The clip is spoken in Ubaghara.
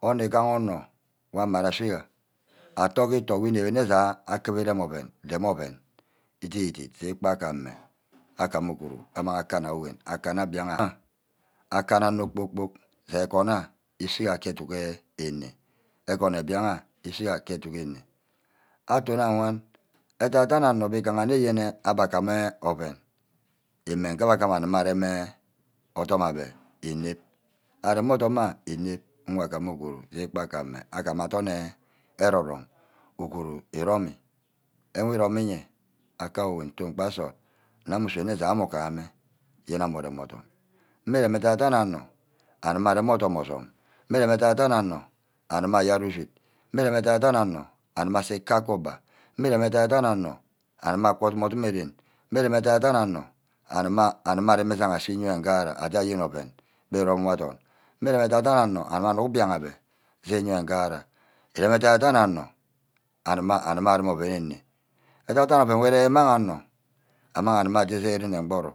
Onor îgaha onor wor amara achiga attoh ki îtoh we înep nne ja akibe írem oven dem oven îdít îdít se kpa gameh agama uguru amang akanna uwem. akana íbiaghe ayo. akana onor kpor-kpork je agwon ayo īshi nne ke educk eneb. agwon mbíagha íshiga ke educk eneb. atono awan edan-dane onor wu gahanne agame oven. imeh nge abbe agíma arem odum abbe înep. arime adorm ayour înep nwe agama uguru. jegba gameh agama adorn enh eroí-rom. uguru eromí. ewe eromi-ye aka owen ton gba nsort nne ame usune je ame ugaha mme yene ame urem odum. mme remí edan-dan onor areme-arem odum osume. mme remi edan-dana onor areme ayard ushid. mme remi edan-dana onor areme ase ka-kuba mme remí edan-dana onor aguma akwa edom-dum ren. mme remi edan-dana onor areme îjagha ashi eyin ngara aje ayen oven mme ǵi riomo adorn. mme remi edan-dana onor akuba anuck mbia habe aj́e anu ńgara. eremi edan-dan onor areme-areme oven ene. edan-dan oven îre īmang agume aje ren mboro